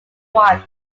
won